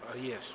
Yes